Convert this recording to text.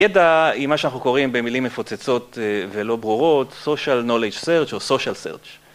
ידע היא מה שאנחנו קוראים במילים מפוצצות ולא ברורות social knowledge search או social search.